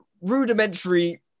rudimentary